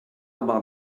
about